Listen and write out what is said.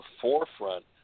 forefront